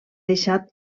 deixat